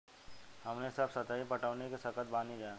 हमनी सब सतही पटवनी क सकतऽ बानी जा